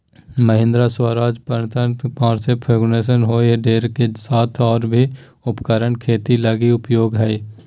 Mahindra, Swaraj, Farmtrac, Massey Ferguson John Deere के साथ और भी उपकरण खेती लगी उपयोगी हइ